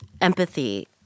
empathy